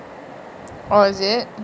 oh is it